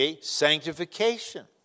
sanctification